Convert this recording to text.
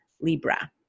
Libra